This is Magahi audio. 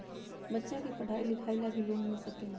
बच्चा के पढ़ाई लिखाई ला भी लोन मिल सकेला?